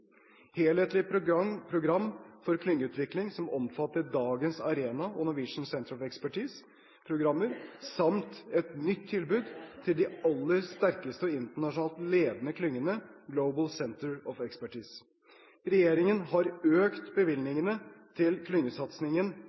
program for klyngeutvikling som omfatter dagens Arena- og Norwegian Centres of Expertise-programmer, samt et nytt tilbud til de aller sterkeste og internasjonalt ledende klyngene, Global Centres of Expertise. Regjeringen har økt bevilgningene til klyngesatsingen